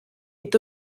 est